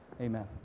Amen